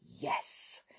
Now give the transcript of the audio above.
Yes